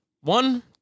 one